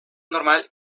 normal